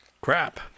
crap